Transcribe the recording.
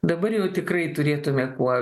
dabar jau tikrai turėtume kuo